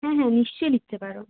হ্যাঁ হ্যাঁ নিশ্চয়ই লিখতে পারো